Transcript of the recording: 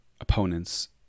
opponents